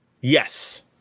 Yes